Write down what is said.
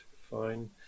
Fine